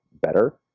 better